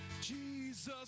Jesus